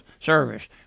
service